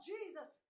Jesus